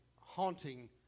haunting